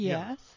Yes